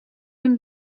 hun